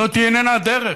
זאת איננה הדרך.